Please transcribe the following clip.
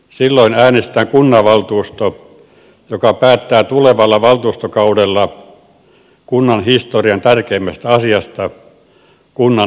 silloin äänestetään kunnanvaltuusto joka päättää tulevalla valtuustokaudella kunnan historian tärkeimmästä asiasta kunnan itsenäisyydestä